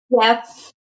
Yes